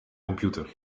computer